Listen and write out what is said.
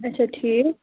اَچھا ٹھیٖک